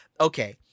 Okay